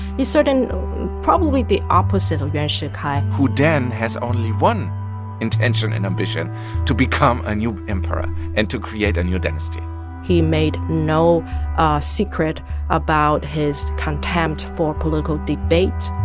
he's certain probably the opposite of yuan shikai who then has only one intention and ambition to become a new emperor and to create a new dynasty he made no secret about his contempt for political debate.